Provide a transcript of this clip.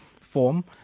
form